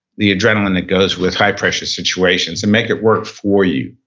the adrenaline that goes with high-pressure situations, and make it work for you.